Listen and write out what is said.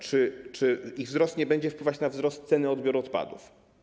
Czy ich wzrost nie będzie wpływać na wzrost ceny odbioru odpadów?